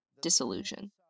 Disillusion